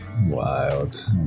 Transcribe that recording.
wild